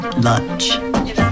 lunch